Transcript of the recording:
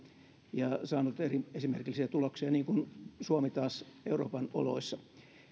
ja saanut esimerkillisiä tuloksia niin kuin suomi taas euroopan oloissa